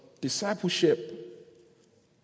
discipleship